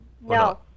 No